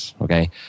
okay